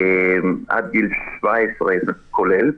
עד גיל 17, כולל,